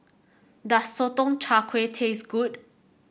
does Sotong Char Kway taste good